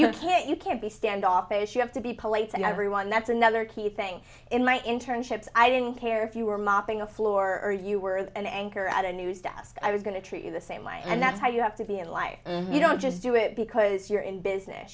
you can't you can't be standoffish you have to be polite and everyone that's another key thing in my internships i didn't care if you were mopping a floor or if you were an anchor at a news desk i was going to treat you the same life and that's why you have to be in life and you don't just do it because you're in business